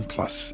Plus